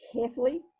carefully